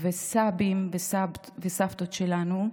וסבים וסבתות שלנו.